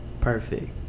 perfect